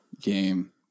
game